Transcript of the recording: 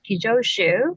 kijoshu